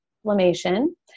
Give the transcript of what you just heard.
inflammation